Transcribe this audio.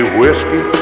whiskey